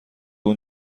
اون